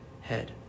head